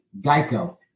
Geico